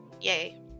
Yay